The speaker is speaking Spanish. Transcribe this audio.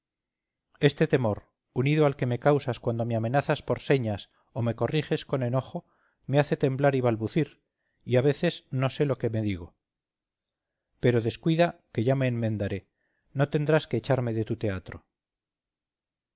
este temor unido al que me causas cuando me amenazas por señas o me corriges con enojo me hace temblar y balbucir y a veces no sé lo que me digo pero descuida que ya me enmendaré no tendrás que echarme de tu teatro